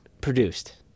produced